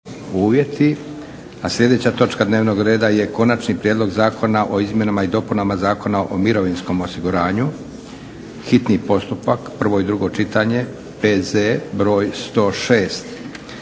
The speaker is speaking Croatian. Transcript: **Leko, Josip (SDP)** Konačni prijedlog zakona o izmjenama i dopunama Zakona o mirovinskom osiguranju, hitni postupak, prvo i drugo čitanje, P.Z. br. 106.